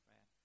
Man